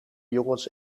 jongens